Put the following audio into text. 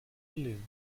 balloon